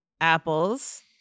Apples